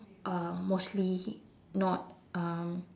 are mostly not um